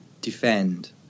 defend